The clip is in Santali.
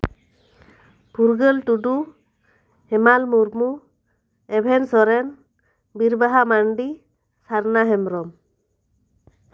ᱯᱷᱩᱨᱜᱟᱹᱞ ᱴᱩᱰᱩ ᱦᱮᱢᱟᱞ ᱢᱩᱨᱢᱩ ᱮᱵᱷᱮᱱ ᱥᱚᱨᱮᱱ ᱵᱤᱨᱵᱟᱦᱟ ᱢᱟᱱᱰᱤ ᱥᱟᱨᱱᱟ ᱦᱮᱢᱵᱨᱚᱢ